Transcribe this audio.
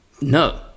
no